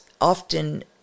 often